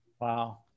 Wow